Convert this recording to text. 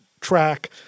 track